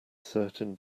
certain